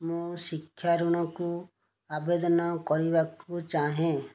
ମୁଁ ଶିକ୍ଷା ଋଣକୁ ଆବେଦନ କରିବାକୁ ଚାହେଁ